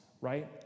right